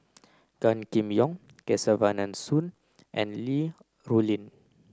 Gan Kim Yong Kesavan Soon and Li Rulin